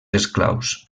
esclaus